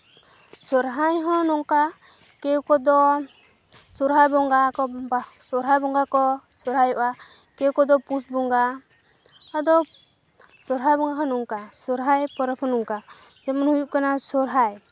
ᱥᱚᱦᱚᱨᱟᱭ ᱦᱚᱸ ᱱᱚᱝᱠᱟ ᱠᱮᱣ ᱠᱚᱫᱚ ᱥᱚᱨᱦᱟᱭ ᱵᱚᱸᱜᱟ ᱠᱚ ᱵᱟ ᱥᱚᱨᱦᱟᱭ ᱵᱚᱸᱜᱟ ᱠᱚ ᱥᱚᱨᱦᱟᱭᱚᱜᱼᱟ ᱠᱮᱣ ᱠᱚᱫᱚ ᱯᱩᱥ ᱵᱚᱸᱜᱟ ᱟᱫᱚ ᱥᱚᱨᱦᱟᱭ ᱵᱚᱸᱜᱟ ᱦᱚᱸ ᱱᱚᱝᱠᱟ ᱥᱚᱨᱦᱟᱭ ᱯᱚᱨᱚᱵ ᱦᱚᱸ ᱱᱚᱝᱠᱟ ᱡᱮᱢᱚᱱ ᱦᱩᱭᱩᱜ ᱠᱟᱱᱟ ᱥᱚᱨᱦᱟᱭ